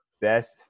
best